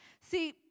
See